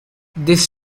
this